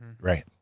Right